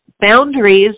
boundaries